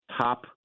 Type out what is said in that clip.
top